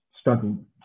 struggled